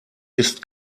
ist